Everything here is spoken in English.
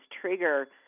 trigger